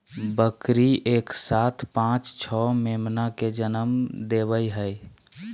बकरी एक साथ पांच छो मेमना के जनम देवई हई